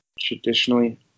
Traditionally